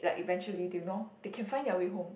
like eventually they'll know they can find their way home